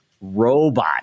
robot